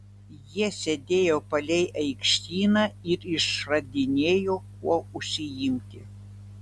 jie sėdėjo palei aikštyną ir išradinėjo kuo užsiimti